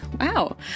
wow